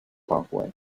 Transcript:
parkway